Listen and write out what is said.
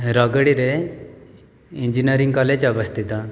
ରଗଡ଼ିରେ engineering college ଅବସ୍ଥିତ